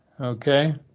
okay